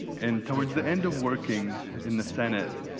and, towards the end of working in the senate,